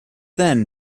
then